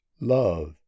Love